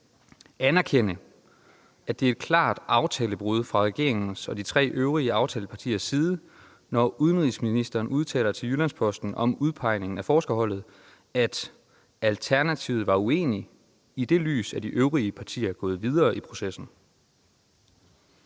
anerkende, at det er et klart aftalebrud fra regeringens og de tre øvrige aftalepartiers side, når udenrigsministeren udtaler til Jyllands-Posten om udpegningen af forskerholdet, at »Alternativet var uenig. I det lys er de øvrige partier gået videre i processen«?